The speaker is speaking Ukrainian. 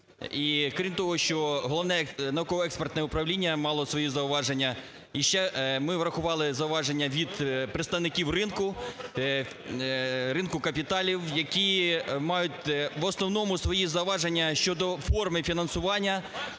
крім того, що Головне науково-експертне управління мало свої зауваження і ще ми врахували зауваження від представників ринку, ринку капіталів, які мають в основному свої зауваження щодо форми фінансування